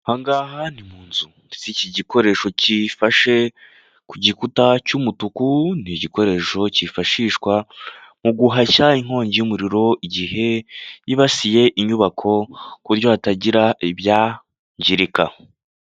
Aha ni mu nzu iki gikoresho cyifashe ku gikuta cy'umutuku ni igikoresho cyifashishwa mu guhashya inkongi y'umuriro igihe yibasiye inyubako ku buryo hatagira ibyangirika.